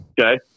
Okay